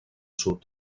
sud